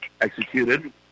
executed